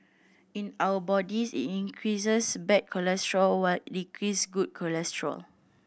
in our bodies it increases bad cholesterol while decrease good cholesterol